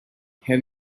have